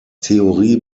theorie